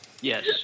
yes